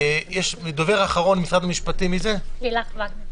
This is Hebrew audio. דובר אחרון ממשרד המשפטים לילך וגנר.